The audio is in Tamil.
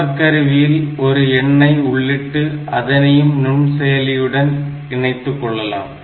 புறக் கருவியில் ஒரு எண்ணை உள்ளிட்டு அதனையும் நுயண்செயலியுடன் இணைத்துக்கொள்ளலாம்